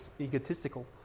egotistical